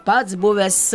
pats buvęs